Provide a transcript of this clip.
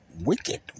wicked